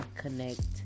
connect